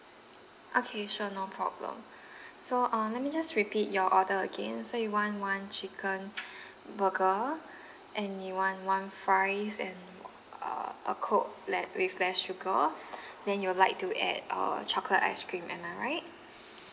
okay sure no problem so uh let me just repeat your order again so you want one chicken burger and you want one fries and uh a coke le~ with less sugar then you'll like to add uh chocolate ice cream am I right